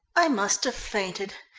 i must have fainted.